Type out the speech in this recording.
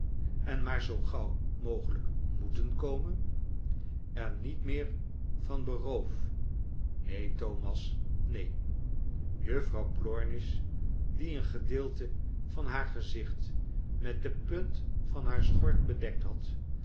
kluino uorrit zoo gauw mogelijk moeten komen er niet meer van beroof neen thomas neen juffrouw plornish die een gedeelte van haar gezicht met de punt van haar schort bedekt had